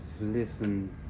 listen